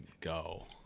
go